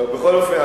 בכל אופן,